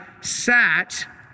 sat